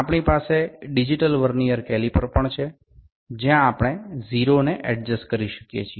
আমাদের কাছে digital vernier caliper ও রয়েছে যেখানে আমরা ০ টি ঠিক করে নিতে পারি